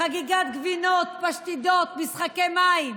חגיגת גבינות, פשטידות, משחקי מים,